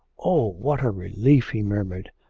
oh, what a relief he murmured.